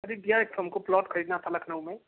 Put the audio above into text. अरे भैया एक हमको प्लॉट ख़रीदना था लखनऊ में